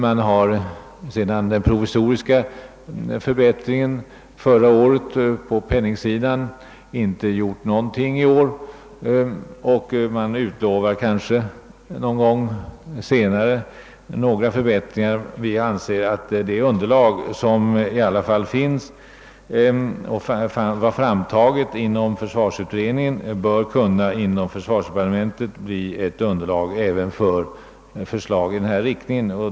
Sedan den provisoriska förbättringen i ekonomiskt hänseende företogs förra året har det inte gjorts någonting utan bara utlovats några förbättringar någon gång längre fram. Enligt vår åsikt bör det underlag som dock lämnats av försvarsutredningen inom försvarsdepartementet kunna ligga till grund för förslag i denna riktning.